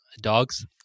dogs